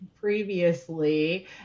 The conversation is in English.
previously